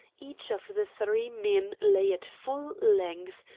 each of the three men lay at full length,